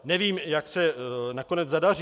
Nevím, jak se nakonec zadaří.